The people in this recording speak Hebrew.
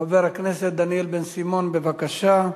חבר הכנסת דניאל בן-סימון, בבקשה.